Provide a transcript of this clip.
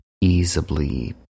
easily